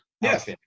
Yes